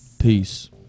Peace